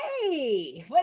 Hey